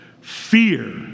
fear